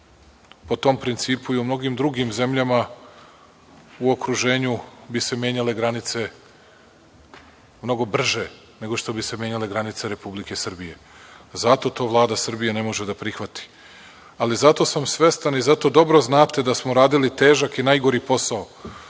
po tom principu i u mnogim drugim zemljama u okruženju bi se menjale granice mnogo brže nego što bi se menjale granice Republike Srbije. Zato to Vlada Srbije ne može da prihvati, ali zato sam svestan i zato dobro znate da smo radili težak i najgori